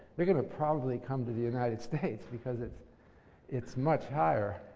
you're going to probably come to the united states, because it's it's much higher.